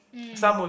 mm